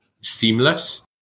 seamless